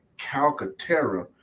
Calcaterra